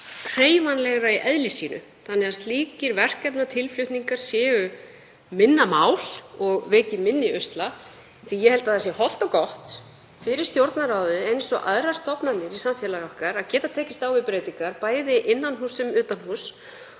hreyfanlegra í eðli sínu þannig að slíkir verkefnatilflutningar séu minna mál og veki minni usla því að ég held að það sé hollt og gott fyrir Stjórnarráðið, eins og aðrar stofnanir í samfélagi okkar, að geta tekist á við breytingar bæði innan húss sem utan.